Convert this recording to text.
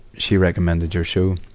she recommended your show.